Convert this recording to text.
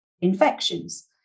infections